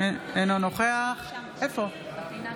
בעד משה פסל,